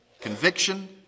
conviction